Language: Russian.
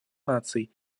наций